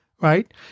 right